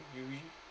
you you